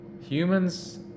Humans